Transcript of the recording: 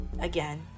again